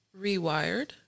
rewired